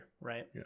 right